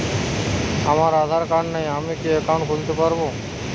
আমার আধার কার্ড নেই আমি কি একাউন্ট খুলতে পারব?